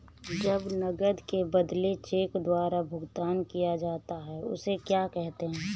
जब नकद के बदले चेक द्वारा भुगतान किया जाता हैं उसे क्या कहते है?